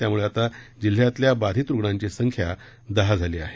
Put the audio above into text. त्यामुळे आता जिल्ह्यातल्या बाधित रुग्णांची संख्या दहा झाली आहे